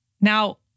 Now